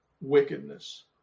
wickedness